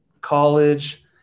college